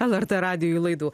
lrt radijuje laidų